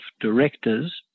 directors